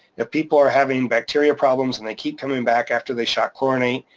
if people are having bacteria problems and they keep coming back after they shock chlorinate,